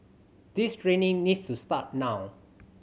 this training needs to start now